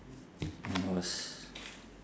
it was